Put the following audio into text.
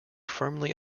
firmly